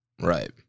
Right